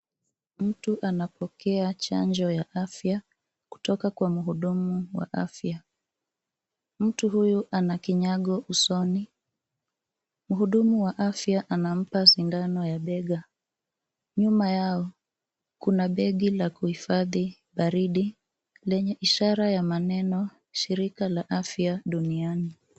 Mtu anapokea chanjo ya afya kutoka kwa mhudumu wa afya. Mtu huyu ana kinyago usoni. Mhudumu wa afya anampa sindano ya bega. Nyuma yao, kuna begi la kuhifadhi baridi lenye ishara ya maneno Shirika la Afya Duniani.